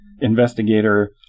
investigator